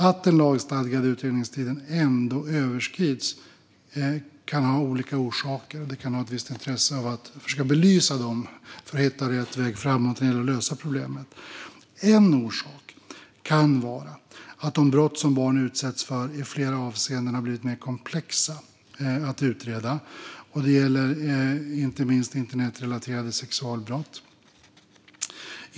Att den lagstadgade utredningstiden ändå överskrids kan ha olika orsaker. Det kan ligga ett intresse i att försöka belysa dem, så att man kan hitta rätt väg framåt när det gäller att lösa problemen. En orsak kan vara att de brott som barn utsätts för i flera avseenden har blivit mer komplexa att utreda. Det gäller inte minst internetrelaterade sexualbrott.